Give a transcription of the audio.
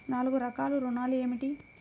నాలుగు రకాల ఋణాలు ఏమిటీ?